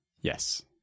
Yes